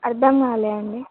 అర్థం కాలే అండి